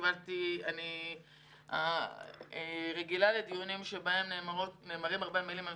אני רגילה לדיונים שבהם נאמרות הרבה מילים.